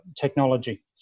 technology